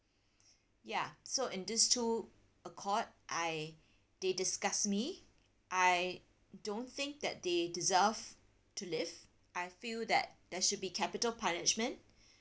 ya so in these two accord I they disgust me I don't think that they deserve to live I feel that there should be capital punishment